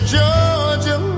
Georgia